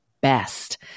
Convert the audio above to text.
best